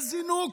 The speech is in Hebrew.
יש זינוק.